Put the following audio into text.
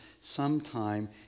sometime